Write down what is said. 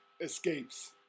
escapes